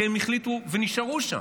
כי הם החליטו ונשארו שם.